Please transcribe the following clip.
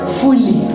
fully